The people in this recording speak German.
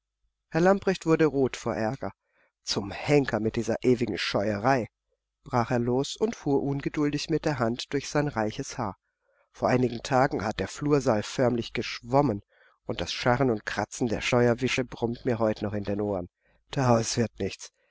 herr lamprecht wurde rot vor aerger zum henker mit dieser ewigen scheuerei brach er los und fuhr ungeduldig mit der hand durch sein reiches haar vor einigen tagen hat der flursaal förmlich geschwommen und das scharren und kratzen der scheuerwische brummt mir heut noch in den ohren daraus wird nichts